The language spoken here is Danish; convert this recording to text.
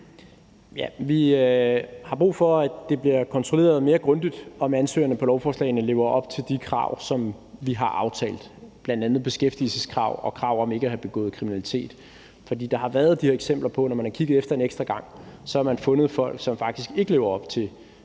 Vi har brug for, at det bliver kontrolleret mere grundigt, om ansøgerne på lovforslagene lever op til de krav, som vi har aftalt, bl.a. beskæftigelseskrav og krav om ikke at have begået kriminalitet. For når man har kigget efter en ekstra gang, har der været de her eksempler på, at man har fundet folk, som faktisk ikke lever op til